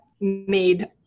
made